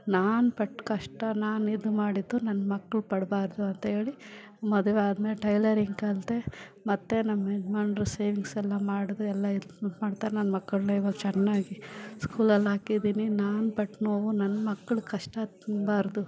ನಾನು ಪಟ್ಟ ಕಷ್ಟ ನಾನು ಇದು ಮಾಡಿದ್ದು ನನ್ನ ಮಕ್ಕಳು ಪಡಬಾರ್ದು ಅಂತ ಹೇಳಿ ಮದುವೆ ಆದಮೇಲೆ ಟೈಲರಿಂಗ್ ಕಲಿತೆ ಮತ್ತು ನಮ್ಮ ಯಜಮಾನ್ರು ಸೇವಿಂಗ್ಸ್ ಎಲ್ಲ ಮಾಡೋದು ಎಲ್ಲ ಮಾಡ್ತಾರೆ ನನ್ನ ಮಕ್ಕಳನ್ನು ಇವಾಗ ಚೆನ್ನಾಗಿ ಸ್ಕೂಲಲ್ಲಿ ಹಾಕಿದೀನಿ ನಾನು ಪಟ್ಟ ನೋವು ನನ್ನ ಮಕ್ಕಳು ಕಷ್ಟ ತುಂಬಾರದು